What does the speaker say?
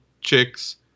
chicks